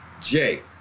Jay